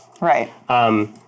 Right